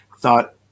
thought